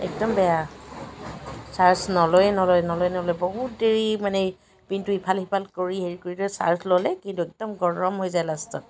একদম বেয়া চাৰ্জ নলয়ে নলয় নলয়ে নলয় বহুত দেৰি মানে পিনটো ইফাল সিফাল কৰি হেৰি কৰোঁতে চাৰ্জ ল'লে কিন্তু একদম গৰম হৈ যায় লাষ্টত